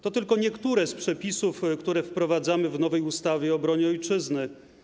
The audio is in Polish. To tylko niektóre z przepisów, które wprowadzamy w nowej ustawie o obronie Ojczyzny.